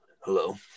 hello